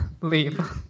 leave